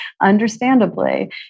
understandably